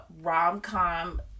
rom-com